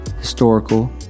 historical